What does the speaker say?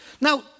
Now